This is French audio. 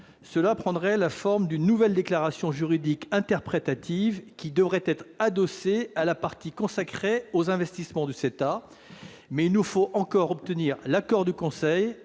cela prendrait la forme d'une nouvelle déclaration juridique interprétative, qui devrait être adossée à la partie consacrée aux investissements du CETA, mais il nous faut encore obtenir l'accord du Conseil